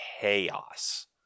chaos